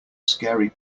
scary